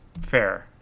fair